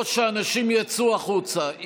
או שאנשים יצאו החוצה.